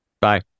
Bye